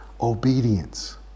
Obedience